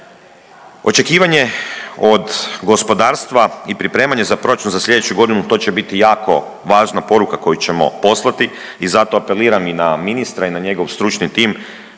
Očekivanje od gospodarstva i pripremanje za proračun za sljedeću godinu to će biti jako važna poruka koju ćemo poslati i zato apeliram i na ministra i na njegov stručni tim